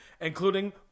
including